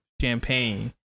champagne